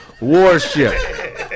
warship